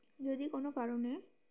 যদি কোনো কারণে